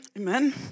Amen